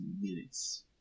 minutes